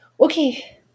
Okay